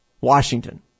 Washington